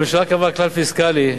הממשלה קבעה כלל פיסקלי,